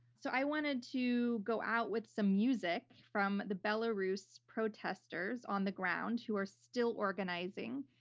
so, i wanted to go out with some music from the belarus protesters on the ground who are still organizing.